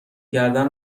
کردن